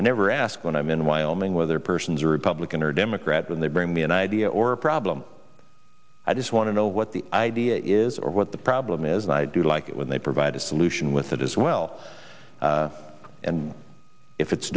i never ask when i'm in wyoming whether persons are republican or democrat when they bring me an idea or a problem i just want to know what the idea is or what the problem is and i do like it when they provide a solution with it as well and if it's